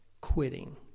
quitting